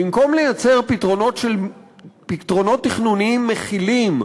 במקום לייצר פתרונות תכנוניים מכילים,